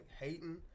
hating